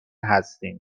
هستین